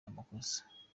amakosa